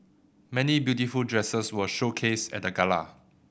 many beautiful dresses were showcased at the gala